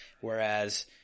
Whereas